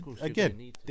again